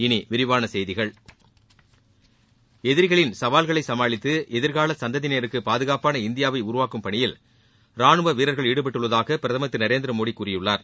இனி விரிவான செய்திகள் எதிரிகளின் சவால்களை சமாளித்து எதிர்கால சந்ததியினருக்கு பாதுகாப்பான இந்தியாவை உருவாக்கும் பணியில் ராணுவ வீரர்கள் ஈடுபட்டுள்ளதாக பிரதமர் திரு நரேந்திர மோடி கூறியுள்ளார்